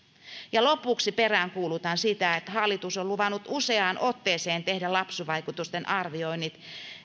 lopuksi peräänkuulutan sitä että hallitus on luvannut useaan otteeseen tehdä lapsivaikutusten arvioinnit